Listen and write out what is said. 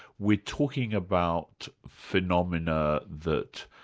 we're talking about phenomena that,